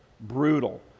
brutal